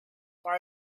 far